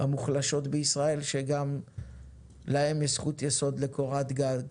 המוחלשות בישראל שגם להם יש זכות יסוד לקורת גג.